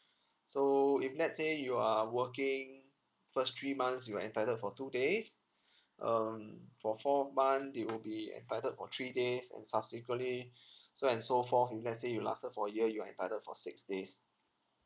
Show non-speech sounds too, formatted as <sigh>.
<breath> so if let's say you are working first three months you're entitled for two days <breath> um for four month they will be entitled for three days and subsequently <breath> so and so forth if let's say you lasted for a year you are entitled for six days